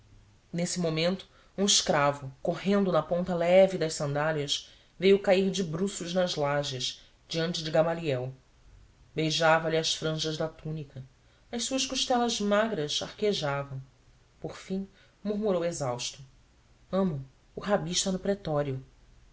nesse momento um escravo correndo na ponta leve das sandálias veio cair de bruços nas lajes diante de gamaliel beijava-lhe as franjas da túnica as suas costelas magras arquejavam por fim murmurou exausto amo o rabi está no pretório